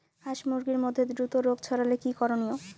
হাস মুরগির মধ্যে দ্রুত রোগ ছড়ালে কি করণীয়?